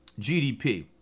GDP